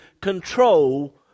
control